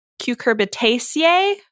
cucurbitaceae